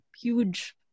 huge